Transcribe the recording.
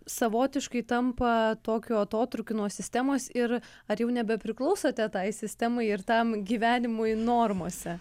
savotiškai tampa tokiu atotrūkiu nuo sistemos ir ar jau nebepriklausote tai sistemai ir tam gyvenimui normose